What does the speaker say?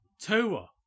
Tua